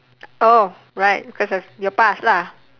oh right because of your past lah